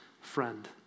friend